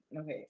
Okay